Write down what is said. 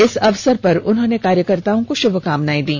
इस अवसर पर उन्होंने कार्यकर्ताओं को शुभकामनाएं दी